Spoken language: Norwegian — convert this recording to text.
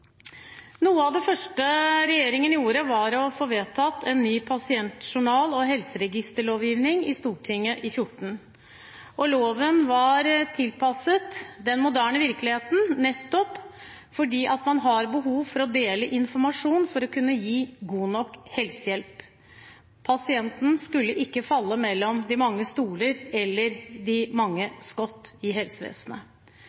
Noe av det første regjeringen gjorde, var å få vedtatt en ny pasientjournal- og helseregisterlovgivning i Stortinget i 2014. Loven var tilpasset den moderne virkeligheten nettopp fordi man har behov for å dele informasjon for å kunne gi god nok helsehjelp. Pasienten skulle ikke falle mellom de mange stoler eller de